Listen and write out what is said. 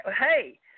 hey